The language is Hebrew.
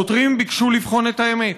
העותרים ביקשו לבחון את האמת.